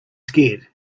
scared